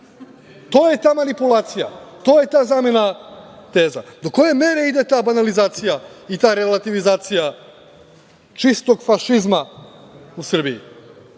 To je ta manipulacija, to je ta zamena teza. Do koje mere ide ta banalizacija i ta relativizacija čistog fašizma u Srbiji?